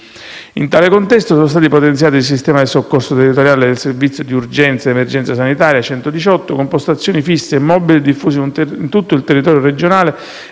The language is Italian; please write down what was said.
In tale contesto, sono stati potenziati il sistema del soccorso territoriale del Servizio sanitario di urgenza ed emergenza medica (118), con postazioni fisse e mobili diffuse in tutto il territorio regionale